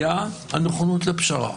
היה הנכונות לפשרה.